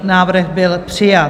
Návrh byl přijat.